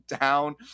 down